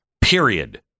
Period